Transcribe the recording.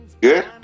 Good